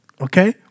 Okay